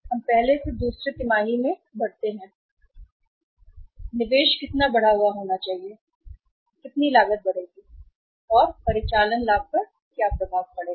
उस पहली से दूसरी तिमाही में हम बढ़ते हैं कितना बढ़ा हुआ निवेश चाहिए कितनी लागत बढ़ेगा और परिचालन लाभ पर क्या प्रभाव पड़ेगा